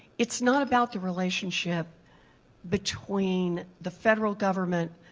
it's not about the relationship between the federal government,